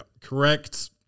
correct